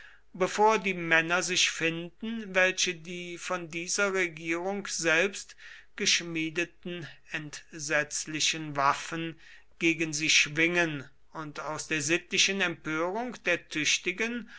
bevor die männer sich finden welche die von dieser regierung selbst geschmiedeten entsetzlichen waffen gegen sie schwingen und aus der sittlichen empörung der tüchtigen